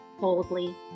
boldly